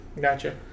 Gotcha